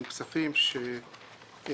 הם כספים שכולם,